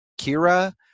Kira